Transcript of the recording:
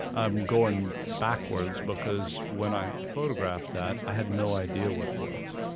i'm going backwards, because when i photographed that, i had no idea what it was.